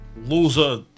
loser